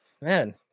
man